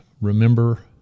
remember